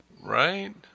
Right